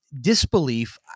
Disbelief